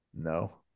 No